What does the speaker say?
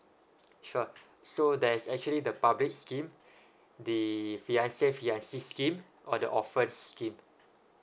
sure so there's actually the public scheme the fiance fiancee scheme or the orphans scheme